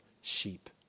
sheep